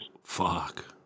Fuck